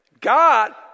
God